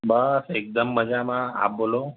બસ એકદમ મજામાં આપ બોલો